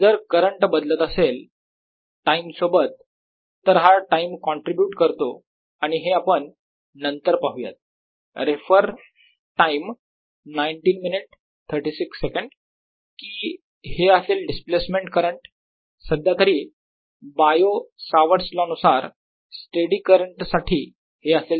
जर करंट बदलत असेल टाईम सोबत तर हा टाईम कॉन्ट्रीब्यूट करतो आणि हे आपण नंतर पाहूयात रेफर टाईम 1936 कि हे असेल डिस्प्लेसमेंट करंट सध्यातरी Biot Savart's law Bio Savart's law नुसार स्टेडी करंट साठी हे असेल 0